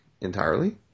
entirely